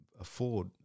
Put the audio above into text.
afford